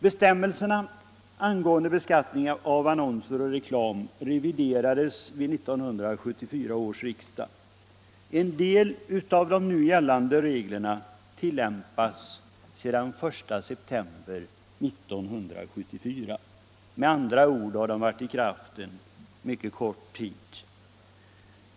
Bestämmelserna för beskattning av annonser och reklam reviderades vid 1974 års riksdag. En del av de nu gällande reglerna tillämpas sedan den 1 september 1974. De har med andra ord varit i kraft en mycket kort tid.